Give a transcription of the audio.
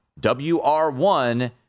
WR1